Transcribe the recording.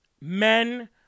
Men